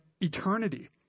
eternity